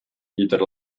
either